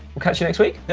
we'll catch you next week.